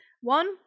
One